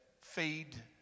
feed